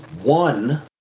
One